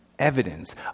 Evidence